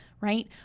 right